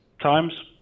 times